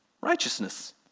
righteousness